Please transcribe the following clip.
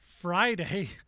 Friday